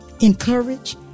encourage